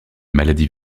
maladie